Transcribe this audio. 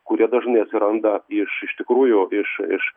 kurie dažnai atsiranda iš iš tikrųjų iš iš